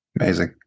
Amazing